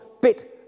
bit